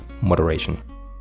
moderation